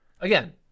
again